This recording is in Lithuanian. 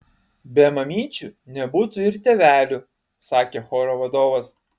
be mamyčių nebūtų ir tėvelių sakė choro vadovas